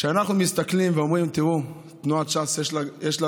כשאנחנו מסתכלים ואומרים: תראו, תנועת ש"ס שונה,